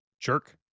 Jerk